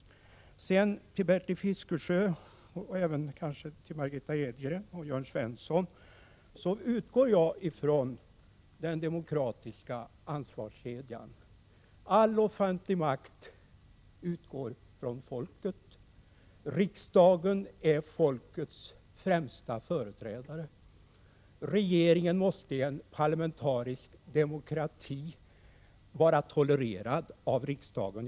Till Bertil Fiskesjö, och även till Margitta Edgren och Jörn Svensson, vill jag säga att jag utgår från den demokratiska ansvarskedjan. All offentlig makt utgår från folket. Riksdagen är folkets främsta företrädare. Regeringen måste i en parlamentarisk demokrati vara tolererad av riksdagen.